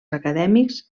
acadèmics